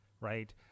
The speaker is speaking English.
right